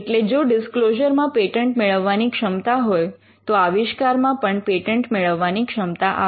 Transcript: એટલે જો ડિસ્ક્લોઝર માં પેટન્ટ મેળવવાની ક્ષમતા હોય તો આવિષ્કારમાં પણ પેટન્ટ મેળવવાની ક્ષમતા આવે